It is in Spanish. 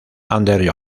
anders